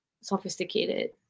sophisticated